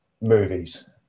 movies